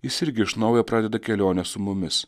jis irgi iš naujo pradeda kelionę su mumis